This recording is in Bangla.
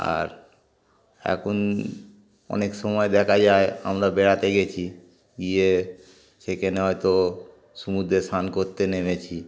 আর এখন অনেক সময় দেখা যায় আমরা বেড়াতে গেছি গিয়ে সেখানে হয়তো সমুদ্রে স্নান করতে নেমেছি